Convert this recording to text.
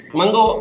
Mango